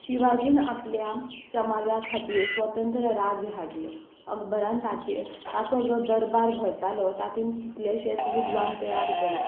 शिवाजीन आपल्या समाजा खातीर स्वतंत्र राज्य हाडले अकबरान ताचो जो दरबार भरतालो तातुंत कितलेशेंच विद्वान तयार केले